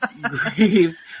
grief